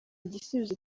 igisubizo